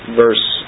verse